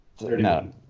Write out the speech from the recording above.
No